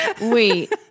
Wait